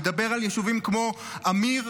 אני מדבר על יישובים כמו אמיר,